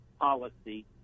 policy